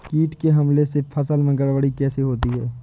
कीट के हमले से फसल में गड़बड़ी कैसे होती है?